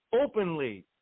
openly